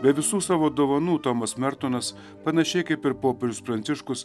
be visų savo dovanų tomas mertonas panašiai kaip ir popiežius pranciškus